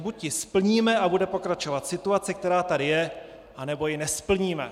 Buď ji splníme a bude pokračovat situace, která tady je, nebo ji nesplníme.